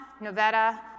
Novetta